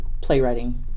playwriting